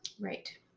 Right